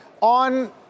on